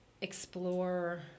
explore